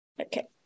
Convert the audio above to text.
okay